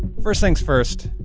first thing's first,